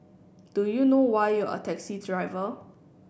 do you know why you're a taxi driver